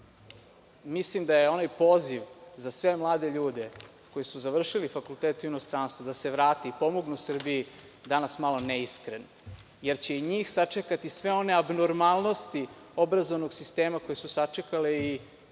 Mislim da je onaj poziv za sve mlade ljude koji su završili fakultete u inostranstvu da se vrate i pomognu Srbiji danas malo neiskren, jer će i njih sačekati sve one abnormalnosti obrazovnog sistema koje su sačekale i